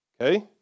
okay